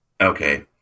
Okay